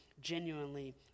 genuinely